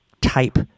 type